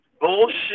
Bullshit